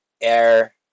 air